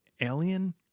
Alien